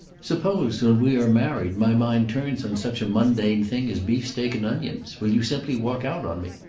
suppose, when we are married, my mind turns on such a mundane thing as beefsteak and onions? will you simply walk out on me?